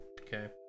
okay